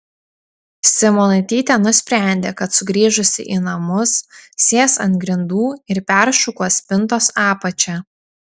simonaitytė nusprendė kad sugrįžusi į namus sės ant grindų ir peršukuos spintos apačią